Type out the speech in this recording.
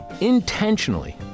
intentionally